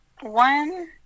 one